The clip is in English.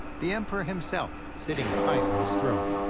the emperor himself, sitting high on his throne.